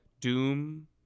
Doom